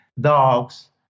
dogs